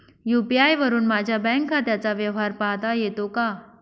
UPI वरुन माझ्या bank खात्याचा व्यवहार पाहता येतो का?